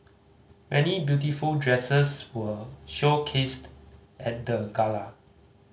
many beautiful dresses were showcased at the gala